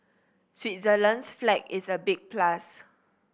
Switzerland's flag is a big plus